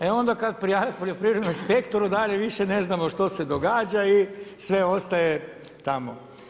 E onda kada prijave poljoprivrednom inspektoru dalje više ne znamo što se događa i sve ostaje tamo.